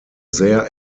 sehr